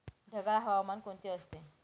ढगाळ हवामान कोणते असते?